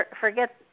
forget